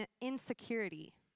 insecurity